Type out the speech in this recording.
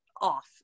off